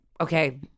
okay